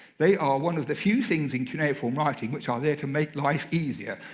they are one of the few things in cuneiform writing which are there to make life easier.